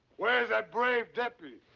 where's that brave deputy?